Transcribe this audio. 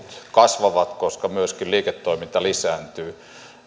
kasvavat koska myöskin liiketoiminta lisääntyy